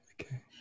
Okay